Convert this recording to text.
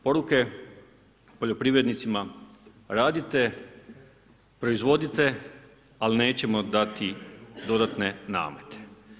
Poruke poljoprivrednicima, radite, proizvode, ali nećemo dati dodatne namete.